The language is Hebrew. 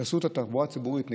תעשו את התחבורה הציבורית נגישה,